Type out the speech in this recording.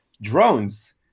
drones